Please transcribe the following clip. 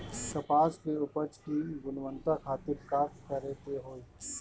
कपास के उपज की गुणवत्ता खातिर का करेके होई?